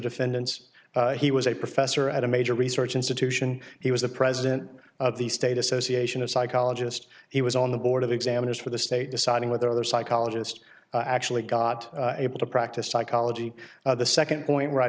defendants he was a professor at a major research institution he was the president of the state association a psychologist he was on the board of examiners for the state deciding whether or psychologist actually got able to practice psychology the second point where i